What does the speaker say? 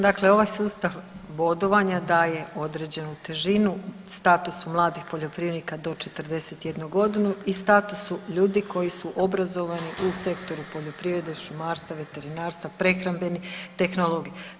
Dakle, ovaj sustav bodovanja daje određenu težinu statusu mladih poljoprivrednika do 41 godinu i statusu ljudi koji su obrazovani u sektoru poljoprivrede, šumarstva, veterinarstva, prehrambeni tehnolog.